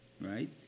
Right